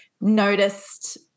noticed